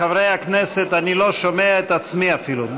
חברי הכנסת, אני לא שומע את עצמי אפילו.